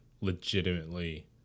legitimately